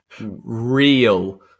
Real